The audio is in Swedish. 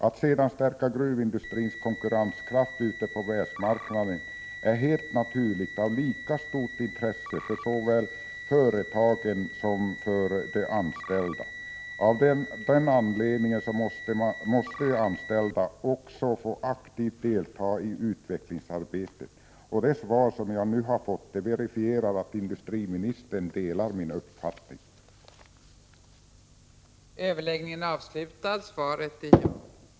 Att stärka gruvindustrins konkurrenskraft ute på världsmarknaden är helt — Prot. 1986/87:105 naturligt och av lika stort intresse för företagen som för de anställda. Av den = 9 april 1987 anledningen måste även de anställda aktivt få delta i utvecklingsarbetet. Det svar som jag nu har fått verifierar att industriministern delar min uppfattning.